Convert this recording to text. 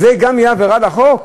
אז גם זה יהיה עבירה על החוק?